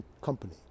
company